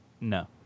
No